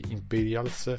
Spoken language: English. Imperials